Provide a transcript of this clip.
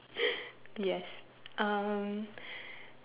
yes um